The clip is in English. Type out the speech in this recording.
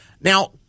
Now